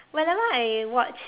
whenever I watch